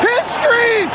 History